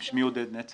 אני ראש ענף